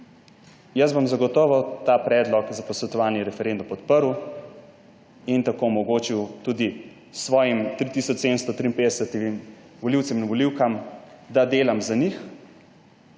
Jaz bom zagotovo ta predlog za posvetovalni referendum podprl in tako omogočil tudi svojim 3 tisoč 753 volivcem in volivkam, da delam za njih,